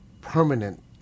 permanent